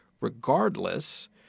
regardless